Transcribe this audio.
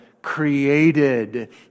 created